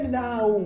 now